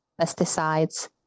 pesticides